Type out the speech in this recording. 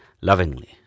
lovingly